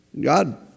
God